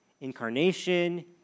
incarnation